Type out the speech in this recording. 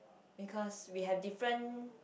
because we have different